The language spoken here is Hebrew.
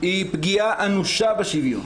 היא פגיעה אנושה בשוויון.